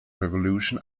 revolution